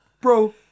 Bro